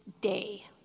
day